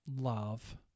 love